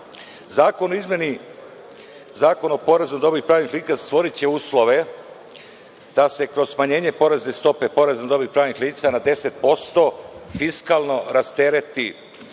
Zakona o porezu na dobit pravnih lica stvoriće uslove da se kroz smanjenje poreske stope poreza na dobit pravnih lica na 10% fiskalno ratereti